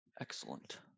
excellent